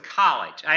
college